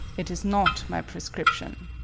it is not my prescription,